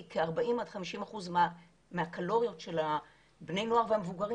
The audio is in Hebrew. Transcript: כי כ-40-50% מהקלוריות של בני הנוער והמבוגרים